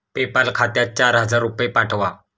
PayPal खात्यात चार हजार रुपये पाठवा